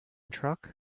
truck